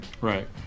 Right